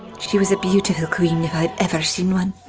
she was a beautiful queen if i've ever seen one.